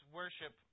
worship